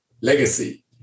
legacy